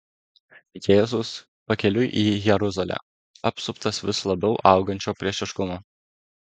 jėzus pakeliui į jeruzalę apsuptas vis labiau augančio priešiškumo